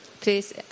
Please